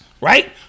Right